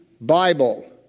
Bible